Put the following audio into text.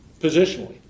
Positionally